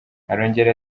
arongera